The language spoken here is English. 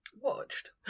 watched